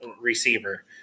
receiver